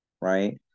right